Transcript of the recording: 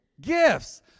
Gifts